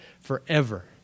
forever